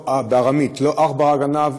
בארמית: לא עכברא גנב,